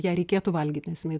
ją reikėtų valgyt nes jinai